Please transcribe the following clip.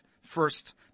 first